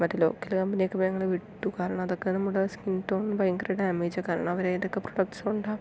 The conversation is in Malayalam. മറ്റേ ലോക്കൽ കമ്പനി ഒക്കെ ഇപ്പോൾ ഞങ്ങൾ വിട്ടു കാരണം അതൊക്കെ നമ്മുടെ സ്കിൻ ടോൺ ഭയങ്കര ഡാമേജാ കാരണം അവർ ഏതൊക്കെ പ്രൊഡക്ട് കൊണ്ടാ